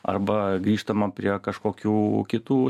arba grįžtama prie kažkokių kitų